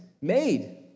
made